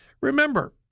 Remember